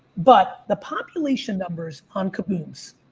but the population numbers on kabooms.